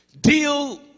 Deal